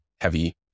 heavy